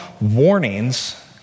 warnings